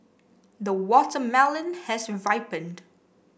the watermelon has ripened